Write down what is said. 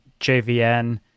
JVN